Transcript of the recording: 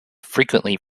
frequently